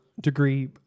degree